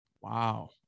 Wow